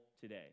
today